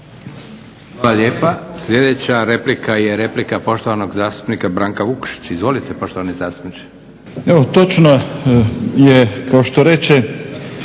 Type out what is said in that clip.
Hvala lijepa. Sljedeća replika, je replika poštovanog zastupnika Branka Vukšića. Izvolite poštovani zastupniče.